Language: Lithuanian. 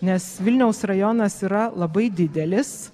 nes vilniaus rajonas yra labai didelis